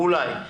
אולי.